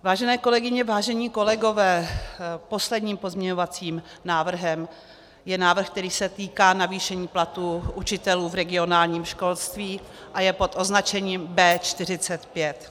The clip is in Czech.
Vážené kolegyně, vážení kolegové, posledním pozměňovacím návrhem je návrh, který se týká navýšení platu učitelů v regionálním školství a je pod označením B45.